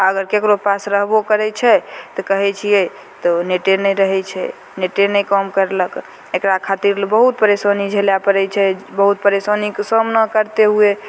अगर ककरो पास रहबो करै छै कहै तऽ कहै छिए तऽ नेटे नहि रहै छै नेटे नहि काम करलक एकरा खातिर ले बहुत परेशानी झेले पड़ै छै बहुत परेशानीके सामना करिते हुए